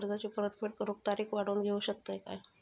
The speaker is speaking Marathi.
कर्जाची परत फेड करूक तारीख वाढवून देऊ शकतत काय?